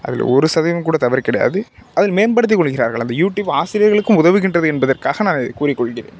அதில் ஒரு சதவீதம் கூட தவறு கிடையாது அதில் மேம்படுத்திக் கொள்கிறார்கள் அந்த யூடுப் ஆசிரியர்களுக்கும் உதவுகின்றது என்பதற்காக நான் இதைக் கூறிக்கொள்கிறேன்